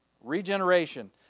Regeneration